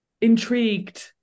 intrigued